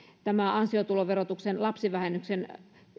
tämä ansiotuloverotuksen lapsivähennyksen